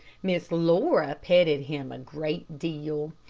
miss laura petted him a great deal.